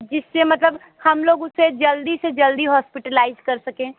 जिस से मतलब हम लोग उसे जल्दी से जल्दी हॉस्पिटलाइज़ कर सकें